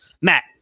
Matt